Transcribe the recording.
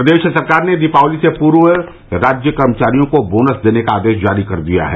प्रदेश सरकार ने दीपावली से पूर्व राज्य कर्मचारियों को बोनस देने का आदेश जारी कर दिया है